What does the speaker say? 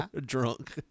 Drunk